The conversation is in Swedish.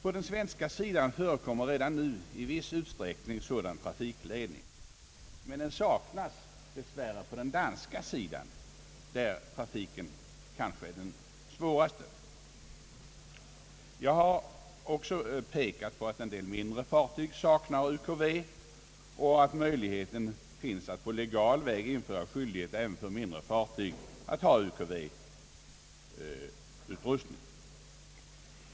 På den svenska sidan förekommer redan nu i viss utsträckning en sådan trafikledning, men dess värre saknas den på danska sidan, där trafiken kanske är svårast. Jag har också pekat på att en del mindre fartyg saknar UKV och att man på legal väg skulle kunna införa skyldighet även för mindre fartyg att ha sådan utrustning.